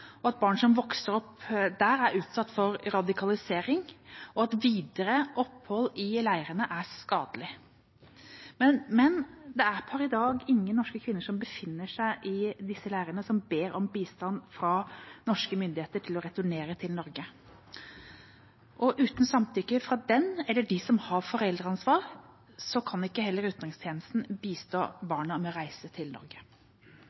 – at barn som vokser opp der, er utsatt for radikalisering, og at videre opphold i leirene er skadelig. Men det er per i dag ingen norske kvinner som befinner seg i disse leirene som ber om bistand fra norske myndigheter til å returnere til Norge, og uten samtykke fra dem eller fra de som har foreldreansvar, kan ikke heller utenrikstjenesten bistå barna med å reise til Norge.